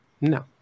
no